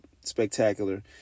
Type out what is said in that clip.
spectacular